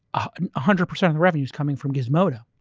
and ah hundred percent of revenue is coming from gizmodo.